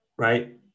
right